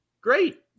Great